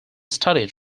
studied